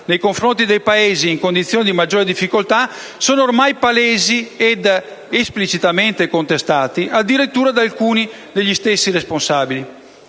nei confronti dei Paesi in condizioni di maggiore difficoltà, sono ormai palesi ed esplicitamente contestati addirittura da alcuni degli stessi responsabili.